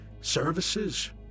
services